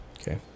Okay